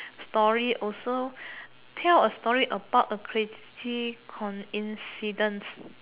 story also tell a story about a crazy coincidence